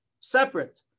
Separate